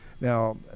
Now